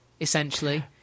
essentially